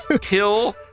Kill